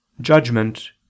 judgment